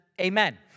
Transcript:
amen